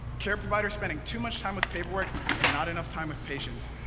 care provider spending too much time with paperwork and not enough time with patients.